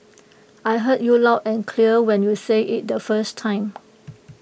I heard you loud and clear when you said IT the first time